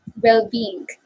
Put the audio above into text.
well-being